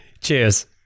Cheers